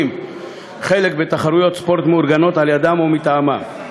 חלק בתחרויות ספורט המאורגנות על-ידיהם או מטעמם.